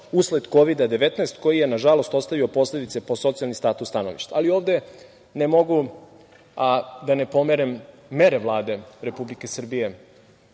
usled Kovida-19 koji je, nažalost, ostavio posledice po socijalni status stanovništva. Ovde ne mogu a da ne pomenem mere Vlade Republike Srbije.